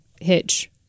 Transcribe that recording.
hitch